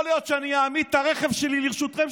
יכול להיות שאני אעמיד את הרכב שלי לרשותכם,